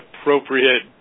appropriate